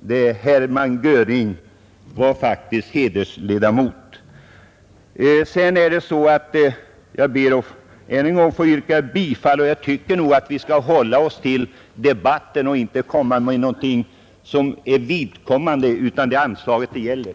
där Hermann Göring faktiskt var hedersledamot. Jag tycker nog att vi skall hålla oss till sakfrågan och inte föra in ovidkommande frågor i debatten — det är anslaget det gäller. Jag ber än en gång att få yrka bifall till reservationen.